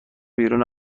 بیرون